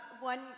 One